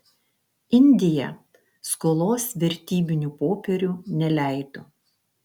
indija skolos vertybinių popierių neleido